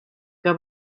que